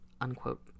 unquote